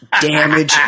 damage